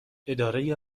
اداره